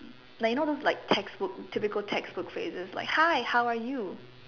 like you know those like textbooks typical textbooks that is just like hi how are you